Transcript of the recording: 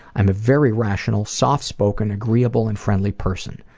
i'm a very rational, soft spoken, agreeable and friendly person.